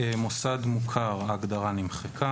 "מוסד מוכר" תימחק, (8)לפני ההגדרה "המועצה"